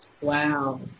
Wow